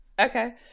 Okay